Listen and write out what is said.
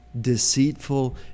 deceitful